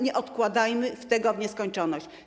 Nie odkładajmy tego w nieskończoność.